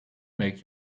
make